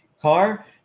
car